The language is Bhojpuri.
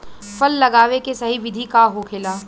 फल लगावे के सही विधि का होखेला?